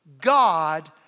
God